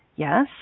Yes